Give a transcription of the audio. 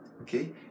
Okay